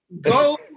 Go